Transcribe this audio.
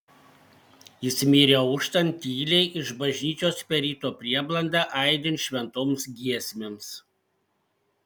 jis mirė auštant tyliai iš bažnyčios per ryto prieblandą aidint šventoms giesmėms